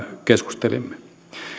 keskustelimme